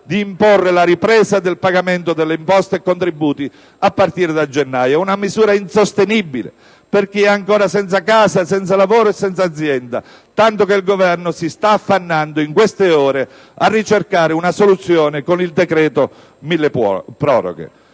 di imporre la ripresa del pagamento delle imposte e contributi a partire da gennaio, una misura insostenibile per chi è ancora senza casa, senza lavoro e senza azienda, tanto che il Governo si sta affannando, in queste ore, a ricercare una soluzione con il decreto milleproroghe.